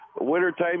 Wintertime